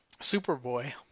Superboy